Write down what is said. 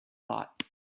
bought